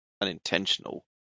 unintentional